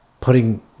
putting